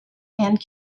and